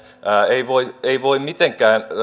ei voi ei voi mitenkään